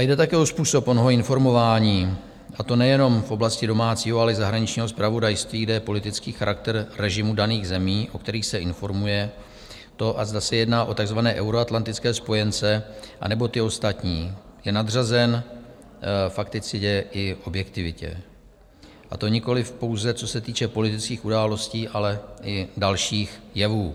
A jde také o způsob onoho informování, a to nejenom v oblasti domácího, ale i zahraničního zpravodajství, kde je politický charakter režimu daných zemí, o kterých se informuje, to, zda se jedná o takzvané euroatlantické spojence, anebo ty ostatní, nadřazen fakticitě i objektivitě, a to nikoliv pouze, co se týče politických událostí, ale i dalších jevů.